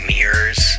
Mirrors